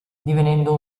divenendo